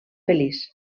feliç